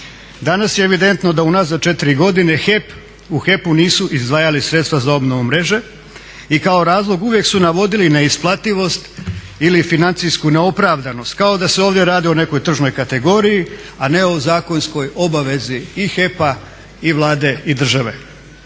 Danas je evidentno da unazad 4 godine u HEP-u nisu izdvajali sredstva za obnovu mreže i kao razlog uvijek su navodili neisplativost ili financijsku neopravdanost kao da se ovdje radi o nekoj tržnoj kategoriji, a ne o zakonskoj obavezi i HEP-a i Vlade i države.